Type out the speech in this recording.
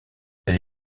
elle